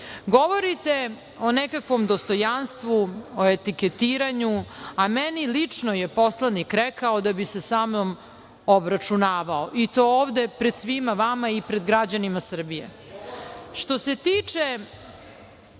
istina. Govorite o nekakvom dostojanstvu, o etiketiranju, a meni lično je poslanik rekao da bi se sa mnom obračunavao i to ovde pred svima vama i pred građanima Srbije. Što